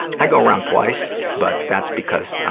i go around twice, but that's because, um,